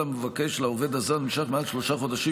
המבקש לעובד הזר נמשך מעל שלושה חודשים,